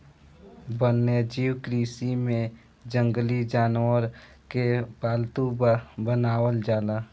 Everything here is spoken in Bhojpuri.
वन्यजीव कृषि में जंगली जानवरन के पालतू बनावल जाला